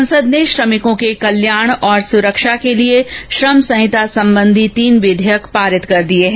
संसद ने श्रमिकों के कल्याण और सुरक्षा के लिए श्रम संहिता संबंधी तीन विधेयक पारित कर दिए हैं